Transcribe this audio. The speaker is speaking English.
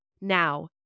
Now